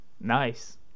nice